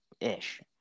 ish